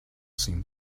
seemed